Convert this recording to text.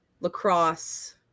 lacrosse